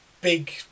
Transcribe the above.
big